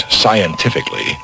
scientifically